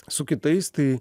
su kitais tai